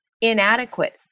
inadequate